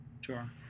Sure